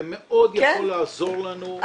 זה מאוד יכול לעזור לנו.